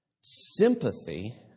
sympathy